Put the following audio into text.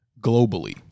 globally